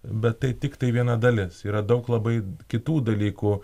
bet tai tiktai viena dalis yra daug labai kitų dalykų